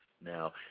Now